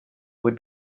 would